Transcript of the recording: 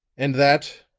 and that,